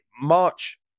March